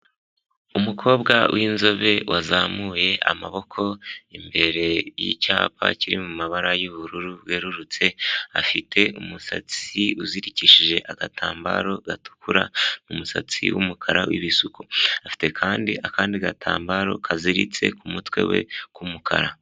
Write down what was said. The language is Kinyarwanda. Umukobwa w'inzobe wazamuye amaboko imbere y'icyapa kiri mu mabara y'ubururu bwerurutse, afite umusatsi uzirikishije agatambaro gatukura, umusatsi w'umukara w'ibisuko. Afite kandi akandi gatambaro kaziritse ku mutwe we k'umukara.